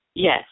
Yes